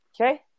Okay